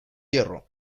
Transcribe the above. hierro